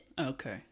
Okay